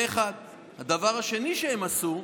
זה, 1. הדבר השני שהם עשו,